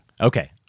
Okay